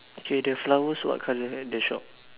okay the flowers what colour at the shop